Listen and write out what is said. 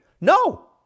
No